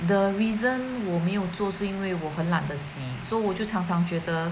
the reason 我没有做是因为我很懒得洗所以我就常常觉得